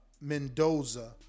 Mendoza